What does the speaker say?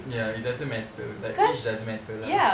ya it doesn't matter like age doesn't matter lah